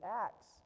Acts